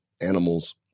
animals